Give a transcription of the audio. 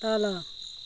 तल